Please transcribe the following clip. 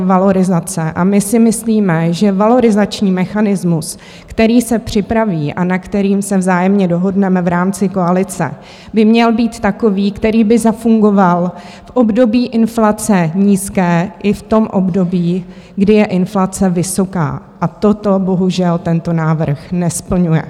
My si myslíme, že valorizační mechanismus, který se připraví a na kterém se vzájemně dohodneme v rámci koalice, by měl být takový, který by zafungoval v období inflace nízké i v období, kdy je inflace vysoká, a toto bohužel tento návrh nesplňuje.